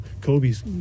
kobe's